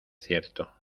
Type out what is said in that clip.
cierto